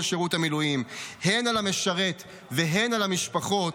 שירות המילואים הן על המשרת והן על המשפחות,